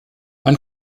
man